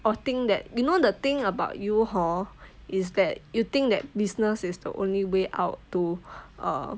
or think that you know the thing about you hor is that you think that business is the only way out to err